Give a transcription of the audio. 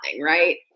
right